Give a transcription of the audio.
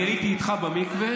אני הייתי איתך במקווה.